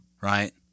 right